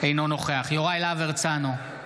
אינו נוכח יוראי להב הרצנו,